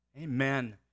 Amen